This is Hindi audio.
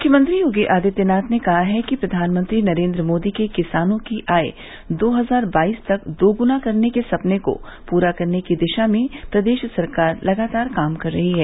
मुख्यमंत्री योगी आदित्यनाथ ने कहा है कि प्रधानमंत्री नरेन्द्र मोदी के किसानों की आय दो हजार बाईस तक दोगुना करने के सपने को पूरा करने की दिशा में सरकार लगातार काम कर रही है